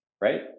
right